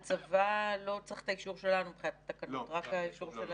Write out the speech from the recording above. הצבא לא צריך את האישור שלנו, רק האזרחים.